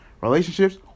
relationships